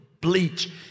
Bleach